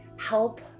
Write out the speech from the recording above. help